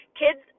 kids